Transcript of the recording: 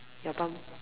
your bump~